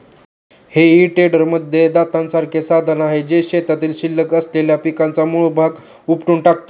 हेई टेडरमध्ये दातासारखे साधन आहे, जे शेतात शिल्लक असलेल्या पिकाचा मूळ भाग उपटून टाकते